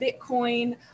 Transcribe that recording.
Bitcoin